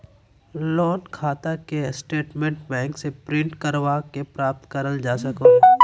loan खाता के statement bank से प्रिंट करवा के प्राप्त करल जा सको हय